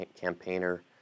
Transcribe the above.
campaigner